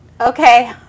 Okay